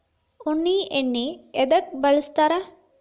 ಉಣ್ಣಿ ಎಣ್ಣಿ ಎದ್ಕ ಬಳಸ್ತಾರ್?